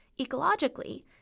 Ecologically